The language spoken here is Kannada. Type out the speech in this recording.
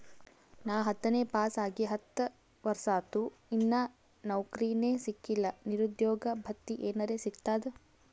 ನಾ ಹತ್ತನೇ ಪಾಸ್ ಆಗಿ ಹತ್ತ ವರ್ಸಾತು, ಇನ್ನಾ ನೌಕ್ರಿನೆ ಸಿಕಿಲ್ಲ, ನಿರುದ್ಯೋಗ ಭತ್ತಿ ಎನೆರೆ ಸಿಗ್ತದಾ?